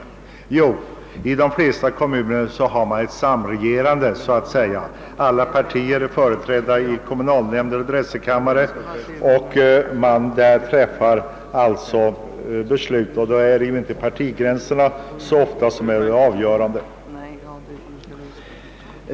Vi har nämligen i de flesta kommuner ett samregerande, innebärande att samtliga partier är företrädda i kommunalnämnd och drätselkammare. När man fattar beslut där i någon fråga är det därför inte partigränserna som är avgörande.